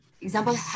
example